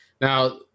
now